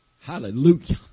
Hallelujah